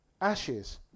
ashes